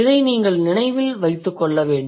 இதை நீங்கள் நினைவில் கொள்ள வேண்டும்